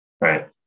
right